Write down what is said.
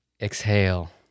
Exhale